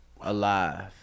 alive